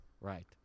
Right